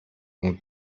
und